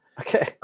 Okay